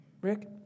Rick